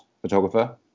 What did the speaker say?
photographer